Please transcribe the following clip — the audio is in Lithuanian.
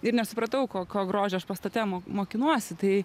ir nesupratau ko ko grožio aš pastate mo mokinuosi tai